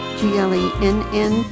g-l-e-n-n